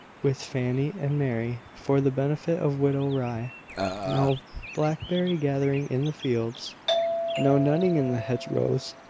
with fanny and mary, for the benefit of widow rye now blackberry gathering in the fields now nutting in the hedgerows.